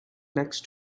next